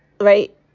Right